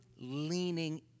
leaning